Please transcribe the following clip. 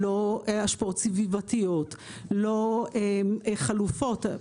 לא השפעות סביבתיות, לא חלופות.